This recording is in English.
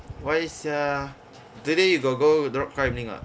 why sia today you got go the rock climbing or not